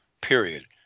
period